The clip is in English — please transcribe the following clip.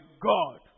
God